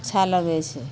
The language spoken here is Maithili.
अच्छा लगै छै